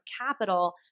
capital